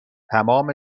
تمام